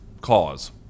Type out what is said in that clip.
cause